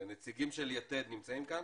נציגים של יתד נמצאים כאן?